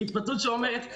היא התבטאות שאומרת שאו....